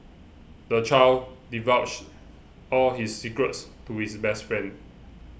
the child divulged all his secrets to his best friend